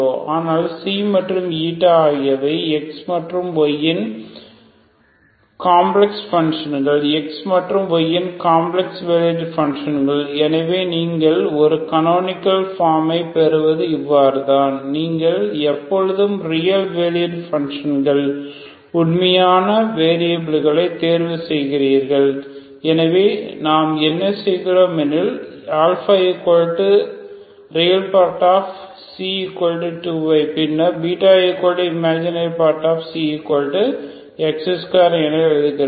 ஆனால் ξ மற்றும் η ஆகியவை X மற்றும் y இன் காம்ப்ளெக்ஸ் பன்ஷன்கள் X மற்றும் y இன் காம்ப்ளெக்ஸ் வேலுட் பங்க்ஷன்கள் எனவே நீங்கள் ஒரு கனோனிகல் பார்ம் பெறுவது இவ்வாறுதான் எனவே நீங்கள் எப்போதும் ரியல் வேல்யூட் பங்க்ஷன்கள் உண்மையான வெரியபில்களை தேர்வு செய்கிறீர்கள் எனவே நாம் என்ன செய்கிறோம் எனில் αRe2y பின்னர் β Imx2 என எடுக்கிறோம்